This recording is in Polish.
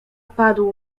padł